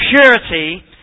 purity